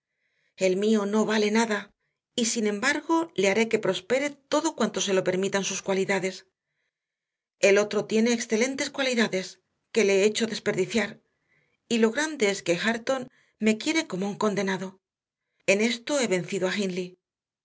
el mío no vale nada y sin embargo le haré que prospere todo cuanto se lo permitan sus cualidades el otro tiene excelentes cualidades que le he hecho desperdiciar y lo grande es que hareton me quiere como un condenado en esto he vencido a